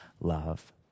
love